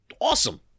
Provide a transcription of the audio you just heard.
awesome